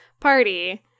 party